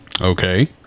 okay